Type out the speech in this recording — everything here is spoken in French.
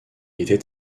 était